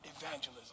Evangelism